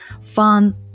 fun